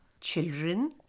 Children